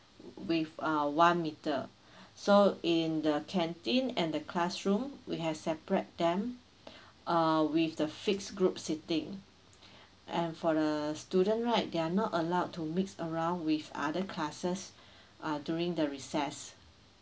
with ah one meter so in the canteen and the classroom we have separate them uh with the fixed group seating and for the student right they are not allowed to mix around with other classes uh during the recess